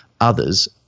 others